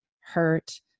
hurt